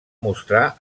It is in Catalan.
mostrar